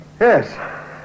Yes